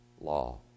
law